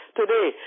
today